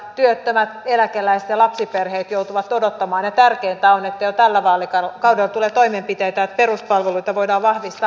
siellä työttömät eläkeläiset ja lapsiperheet joutuvat odottamaan ja tärkeintä on että jo tällä vaalikaudella tulee toimenpiteitä että peruspalveluita voidaan vahvistaa